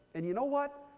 and you know what?